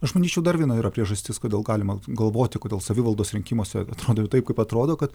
aš manyčiau dar viena yra priežastis kodėl galima galvoti kodėl savivaldos rinkimuose atrodo jau taip kaip atrodo kad